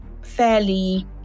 fairly